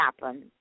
happen